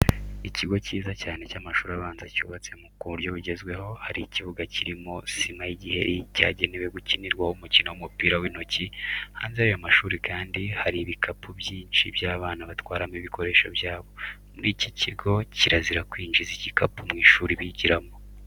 Ikigo kiza cyane cy'amashuri abanza cyubatse ku buryo bugezweho, hari ikibuga kirimo sima y'igiheri cyagenewe gukinirwaho umukino w'umupira w'intoki. Hanze y'ayo mashuri kandi hari ibikapu byinshi by'abana batwaramo ibikoresho byabo. Muri iki kigo kirazira kwinjiza igikapu mu ishuri bigiramo.